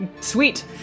Sweet